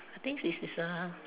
thinks it's is a